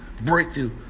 breakthrough